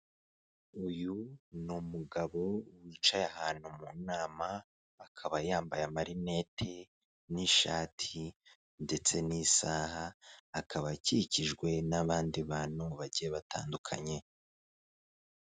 Uyu n’ umugabo wicaye ahantu mu nama akaba yambaye amarineti, n'ishati ndetse n'isaha akaba akikijwe n'abandi bantu bagiye batandukanye.